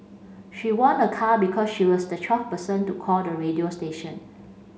she won a car because she was the twelfth person to call the radio station